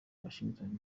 washington